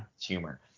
humor